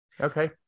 Okay